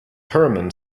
hermon